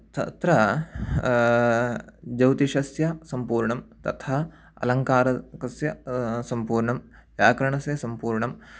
तत्र ज्यौतिषस्य सम्पूर्णं तथा अलङ्कारकस्य सम्पूर्णं व्याकरणस्य सम्पूर्णं